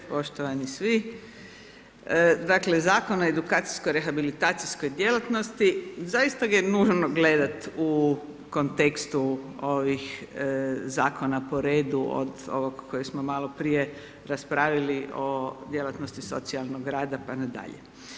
Poštovani svi, dakle, Zakon o edukacijskoj rehabilitacijskoj djelatnosti zaista je nužno gledati u kontekstu ovih Zakona po redu od ovog kojeg smo maloprije raspravili o djelatnosti socijalnog rada, pa na dalje.